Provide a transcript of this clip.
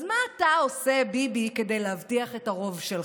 אז מה אתה עושה, ביבי, כדי להבטיח את הרוב שלך?